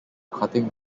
cutting